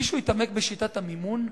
מישהו התעמק בשיטת המימון?